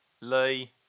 Lee